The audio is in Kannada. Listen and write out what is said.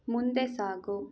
ಮುಂದೆ ಸಾಗು